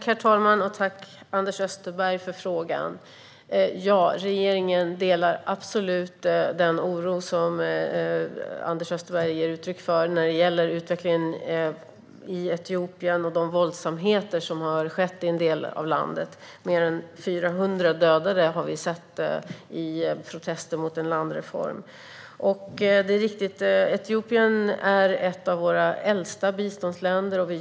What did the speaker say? Herr talman! Tack, Anders Österberg, för frågan! Regeringen delar absolut den oro som Anders Österberg ger uttryck för när det gäller utvecklingen i Etiopien och de våldsamheter som har skett i en del av landet. Mer än 400 har dödats i protester mot en landreform. Etiopien är ett av de länder som fått vårt bistånd under längst tid.